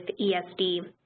ESD